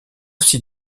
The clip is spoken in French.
s’y